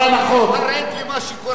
חרד למה שקורה,